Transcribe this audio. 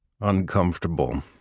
uncomfortable